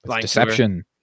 Deception